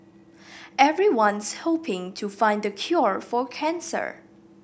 everyone's hoping to find the cure for cancer